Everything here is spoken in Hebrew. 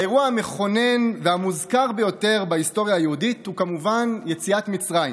האירוע המכונן והמוזכר ביותר בהיסטוריה היהודית הוא כמובן יציאת מצרים.